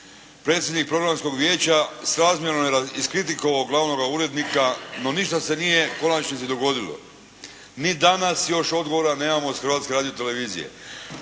Predsjednik programskog vijeća srazmjerno iskritikovao glavnoga urednika no ništa se nije u konačnici dogodilo. Ni danas još odgovora nemamo s Hrvatske radio-televizije.